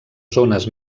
zones